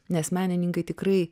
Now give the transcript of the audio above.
nes menininkai tikrai